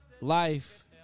life